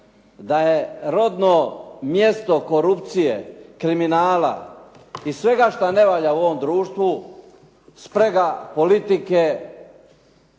da je rodno mjesto korupcije, kriminala i svega što ne valja u ovom društvu sprega politike